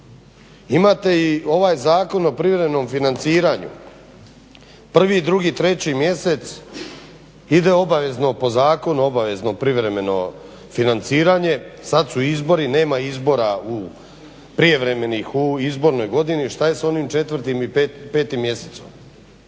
Imate i ovaj Zakon o privremenom financiranju. Prvi, drugi, treći mjesec ide obavezno po zakonu obavezno privremeno financiranje, sad su izbori, nema izbora prijevremenih u izbornoj godini. Šta je s onim četvrtim i petim mjesecom?